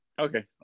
Okay